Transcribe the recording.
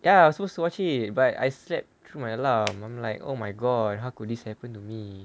ya I was supposed to watch it but I slept through my alarm I'm like oh my god how could this happen to me